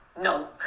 No